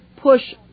push